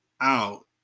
out